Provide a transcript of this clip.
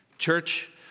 church